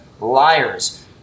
liars